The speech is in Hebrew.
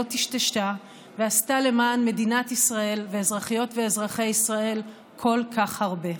לא טשטשה ועשתה למען מדינת ישראל ואזרחיות ואזרחי ישראל כל כך הרבה.